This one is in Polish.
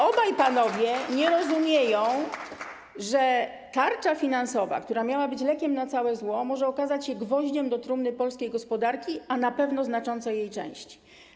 Obaj panowie nie rozumieją, że tarcza finansowa, która miała być lekiem na całe zło, może okazać się gwoździem do trumny polskiej gospodarki, a na pewno znaczącej jej części.